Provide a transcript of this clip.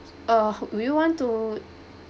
uh would you want to